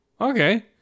okay